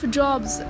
jobs